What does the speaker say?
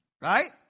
Right